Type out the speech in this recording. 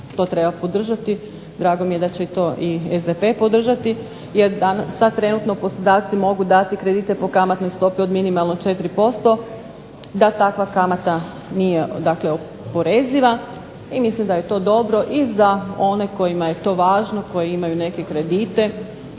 to treba podržati, drago mi je da će to i SDP podržati jer sad trenutno poslodavci mogu dati kredite po kamatnoj stopi od minimalno 4% da takva kamata nije oporeziva. I mislim da je to dobro i za one kojima je to važno, koji imaju neke kredite,